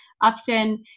Often